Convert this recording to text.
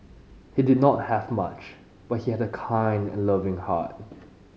he did not have much but he had a kind and loving heart